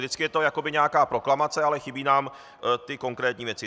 Vždycky je to jakoby nějaká proklamace, ale chybí nám ty konkrétní věci.